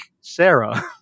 Sarah